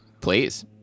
Please